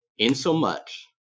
Insomuch